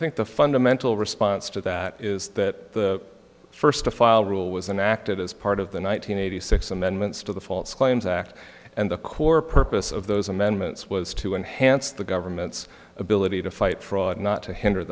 think the fundamental response to that is that the first to file rule was and acted as part of the one thousand nine hundred six amendments to the false claims act and the core purpose of those amendments was to enhance the government's ability to fight fraud not to hinder